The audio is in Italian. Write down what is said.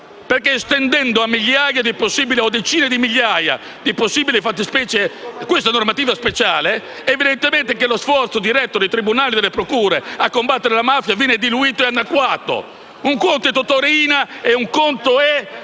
perché estendendo a migliaia o a decine di migliaia di possibili fattispecie questa normativa speciale, evidentemente lo sforzo diretto dei tribunali e delle procure a combattere la mafia viene diluito e annacquato. Un conto è Totò Riina e un conto è